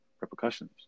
repercussions